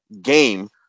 game